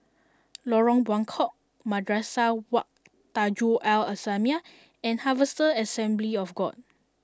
Lorong Buangkok Madrasah Wak Tanjong Al islamiah and Harvester Assembly of God